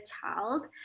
child